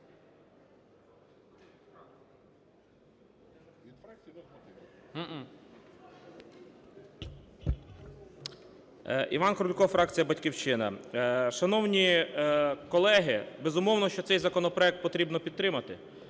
Іван Крулько, фракція "Батьківщина". Шановні колеги! Безумовно, що цей законопроект потрібно підтримати.